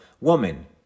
Woman